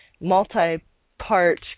multi-part